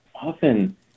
often